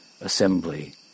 assembly